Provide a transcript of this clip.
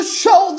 show